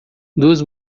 duas